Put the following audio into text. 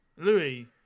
Louis